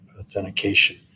authentication